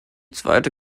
zweite